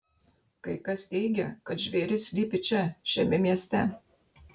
kai kas teigia kad žvėris slypi čia šiame mieste